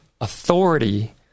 authority